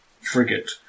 frigate